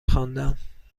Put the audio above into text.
خواندم